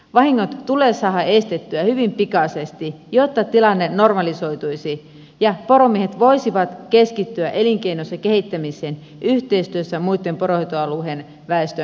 vahingot tulee saada estettyä hyvin pikaisesti jotta tilanne normalisoituisi ja poromiehet voisivat keskittyä elinkeinonsa kehittämiseen yhteistyössä muun poronhoitoalueen väestön kanssa